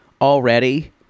already